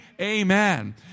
amen